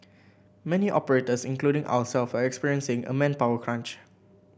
many operators including ourselves are experiencing a manpower crunch